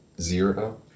zero